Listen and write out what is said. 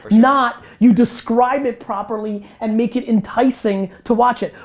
not you describe it properly and make it enticing to watch it.